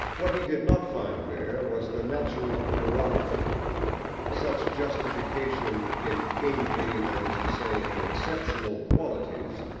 what he did not find there was the natural prerogative such justification, in kingly, that is to say, in exceptional, qualities,